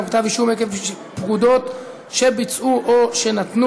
כתב אישום עקב פקודות שביצעו או שנתנו),